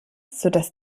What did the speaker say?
sodass